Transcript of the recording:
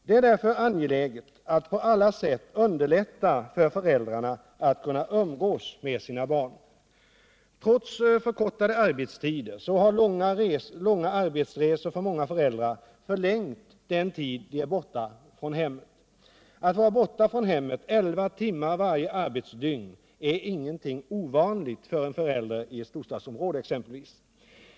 Det är därför angeläget att på alla sätt underlätta för föräldrarna att kunna umgås med sina barn. Trots förkortade arbetstider har långa arbetsresor för många föräldrar förlängt den tid de är borta från hemmet. Att vara borta från hemmet elva timmar varje arbetsdygn är ingenting ovanligt för en förälder i ett storstadsområde.